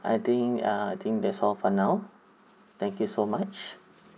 I think uh I think that's all for now thank you so much